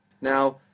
now